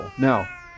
Now